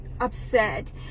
upset